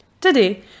Today